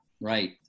Right